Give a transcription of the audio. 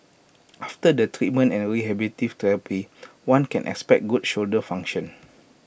after the treatment and rehabilitative therapy one can expect good shoulder function